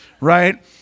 right